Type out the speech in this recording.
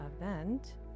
event